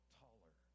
taller